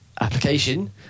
application